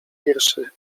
pierwszy